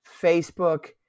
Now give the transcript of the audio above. Facebook